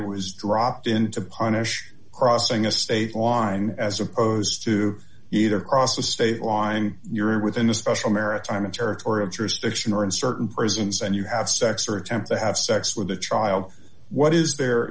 it was dropped in to punish crossing a state line as opposed to either cross the state line you're within a special maritime and territorial jurisdiction or in certain prisons and you have sex or attempt to have sex with a child what is there